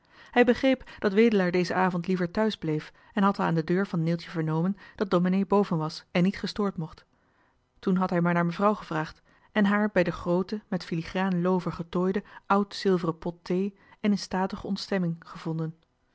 hij begreep dat wedelaar dezen avond liever thuis bleef en had al aan de deur van neeltje vernomen dat domenee boven was en niet gestoord mocht toen had hij maar naar mevrouw gevraagd en haar bij den grooten met filigraan loover getooiden oud zilveren pot te vol slappe thee en in statige ontstemming gevonden